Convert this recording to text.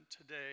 today